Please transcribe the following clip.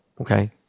Okay